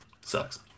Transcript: sucks